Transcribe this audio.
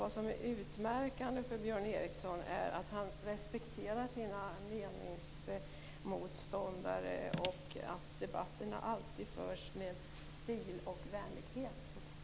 Vad som är utmärkande för Björn Ericson är att han respekterar sina meningsmotståndare och att debatterna alltid förs med stil och vänlighet.